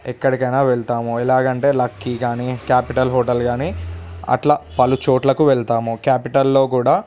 ఎక్కడికైనా వెళ్తాము ఎలాగంటే లక్కీ కాని క్యాపిటల్ హోటల్ కాని అట్లా పలుచోట్లకు వెళ్తాం కాపిటల్లో కూడా